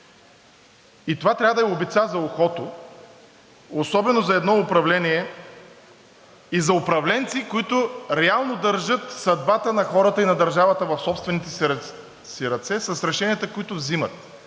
и това трябва да е обица за ухото, особено за едно управление и за управленци, които реално държат съдбата на хората и на държавата в собствените си ръце с решенията, които взимат